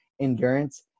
endurance